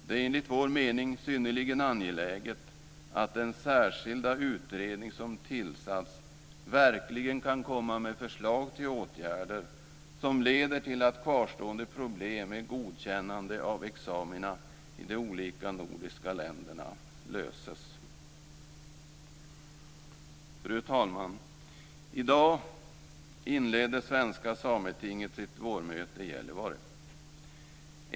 Det är enligt vår mening synnerligen angeläget att den särskilda utredning som tillsatts verkligen kan komma med förslag till åtgärder som leder till att kvarstående problem med godkännande av examina i de olika nordiska länderna löses. Fru talman! I dag inleder svenska sametinget sitt vårmöte i Gällivare.